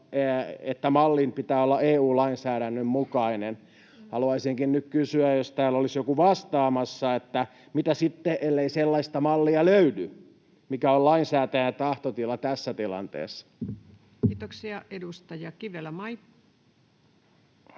että mallin pitää olla EU-lainsäädännön mukainen. Haluaisinkin nyt kysyä, jos täällä olisi joku vastaamassa, että mitä sitten, ellei sellaista mallia löydy. Mikä on lainsäätäjän tahtotila tässä tilanteessa? [Speech 330] Speaker: